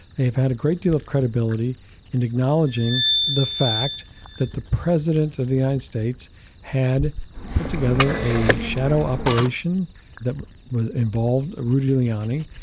they've had a great deal of credibility in acknowledging the fact that the president of the united states had put together a shadow operation that involved rudy giuliani,